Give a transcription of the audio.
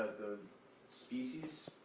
species,